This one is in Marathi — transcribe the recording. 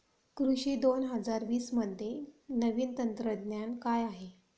कृषी दोन हजार वीसमध्ये नवीन तंत्रज्ञान काय आहे?